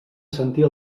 sentir